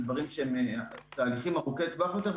זה תהליכים ארוכי טווח יותר,